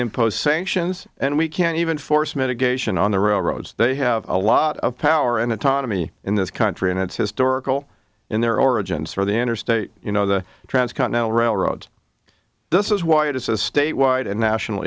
impose sanctions and we can't even force mitigation on the railroads they have a lot of power and autonomy in this country and it's historical in their origins for the interstate you know the transcontinental railroads this is why it is a statewide and national